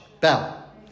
bell